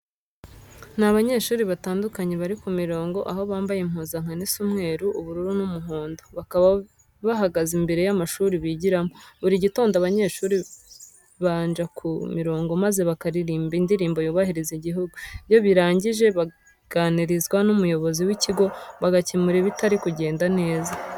Ni abanyeshuri batandukanye bari ku mirongo aho bambaye impuzankano isa umweru, ubururu n'umuhondo. Bakaba bahagaze imbere y'amashuri bigiramo. Buri gitondo abanyeshuri banja ku mirongo maze bakaririmba Indirimbo yubahiriza Igihugu. Iyo birangije baganirizwa n'umuyobozi w'ikigo, bagakemura ibitari kugenda neza.